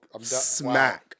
Smack